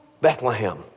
Bethlehem